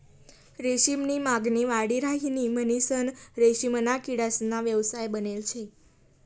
रेशीम नी मागणी वाढी राहिनी म्हणीसन रेशीमना किडासना व्यवसाय बनेल शे